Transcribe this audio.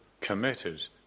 committed